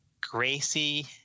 Gracie